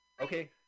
Okay